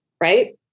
right